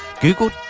Google